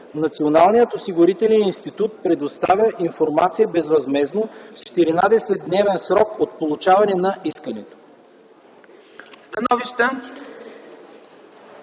Националният осигурителен институт предоставя информацията безвъзмездно в 14-дневен срок от получаване на искането”.”